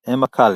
- אמה קאלן.